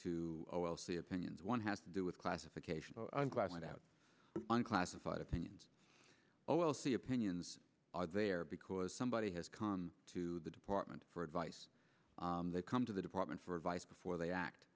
the opinions one has to do with classification went out on classified opinions oh well see opinions are there because somebody has come to the department for advice they come to the department for advice before they act